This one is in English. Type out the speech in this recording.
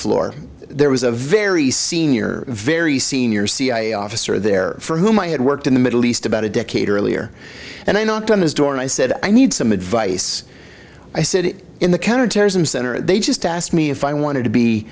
floor there was a very senior very senior cia officer there for whom i had worked in the middle east about a decade earlier and i knocked on his door and i said i need some advice i said in the counterterrorism center they just asked me if i wanted to be